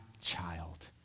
child